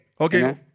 Okay